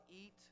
eat